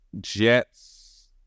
Jets